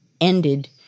ended